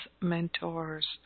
Mentors